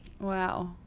Wow